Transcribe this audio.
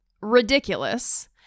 ridiculous